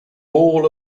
all